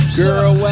girl